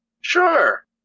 Sure